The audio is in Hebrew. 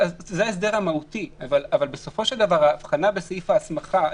זה ההסדר המהותי אבל בסופו של דבר ההבחנה בסעיף ההסמכה.